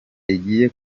igiye